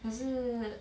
可是